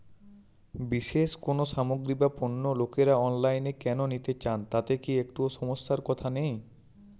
বিশেষ কোনো সামগ্রী বা পণ্য লোকেরা অনলাইনে কেন নিতে চান তাতে কি একটুও সমস্যার কথা নেই?